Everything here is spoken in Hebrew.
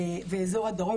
ואזור הדרום,